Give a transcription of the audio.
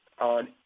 on